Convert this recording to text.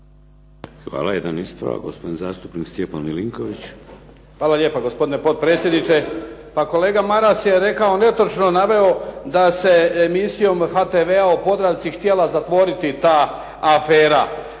Hvala. Jedan ispravak gospodin zastupnik Stjepan Milinković. **Milinković, Stjepan (HDZ)** Hvala lijepa gospodine potpredsjedniče. Pa kolega Maras je rekao, netočno naveo da se emisijom HTV-a o Podravci htjela zatvoriti ta afera.